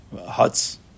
huts